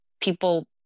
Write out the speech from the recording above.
People